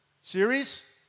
Series